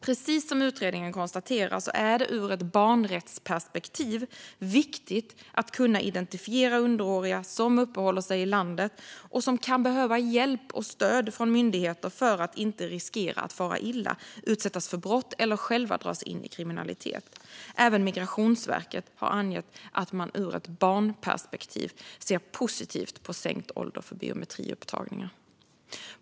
Precis som utredningen konstaterar är det ur ett barnrättsperspektiv viktigt att kunna identifiera underåriga som uppehåller sig i landet och som kan behöva hjälp och stöd från myndigheterna för att inte riskera att fara illa, utsättas för brott eller själva dras in i kriminalitet. Även Migrationsverket har angett att man ur ett barnperspektiv ser positivt på sänkt ålder för biometriupptagningar.